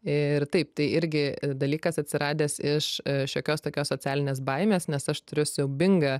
ir taip tai irgi dalykas atsiradęs iš šiokios tokios socialinės baimės nes aš turiu siaubingą